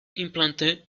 implantés